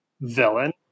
villain